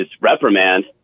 reprimand